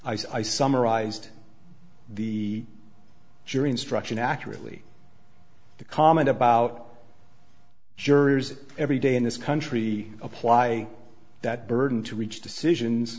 i summarized the jury instruction accurately the comment about jurors every day in this country apply that burden to reach decisions